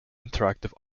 interactive